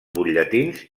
butlletins